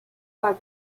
back